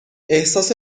احساس